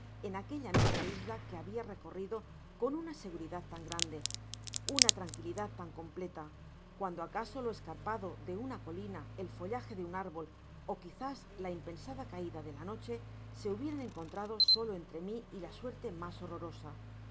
en aquella misma isla que habia recorrido con una seguridad tan grande una tranquilidad tan completa cuando acaso lo escarpado de una colina el follaje de un árbol ó quizás la impensada caida de la noche se hubieran encontrado solo entre mi y la suerte mas horrorosa